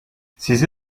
sizi